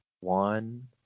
one